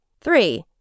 Three